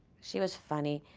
she was funny,